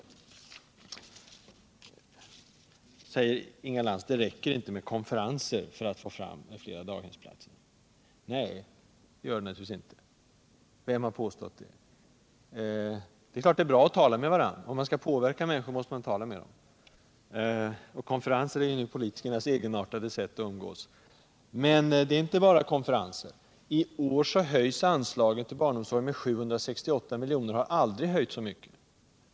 Nu säger Inga Lantz: Det räcker inte med konferenser för att få fram fler daghemsplatser. Nej, naturligtvis inte — men vem har påstått det? Det är klart att det är bra att tala med varandra — om man skall påverka människor måste man tala med dem, och konferenser är ju politikernas egenartade sätt att umgås. Men det är inte bara fråga om konferenser. I år höjs anslaget till barnomsorgen med 768 milj.kr., och det har aldrig förut höjts så mycket.